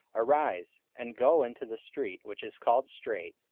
arise, and go into the street which is called straight,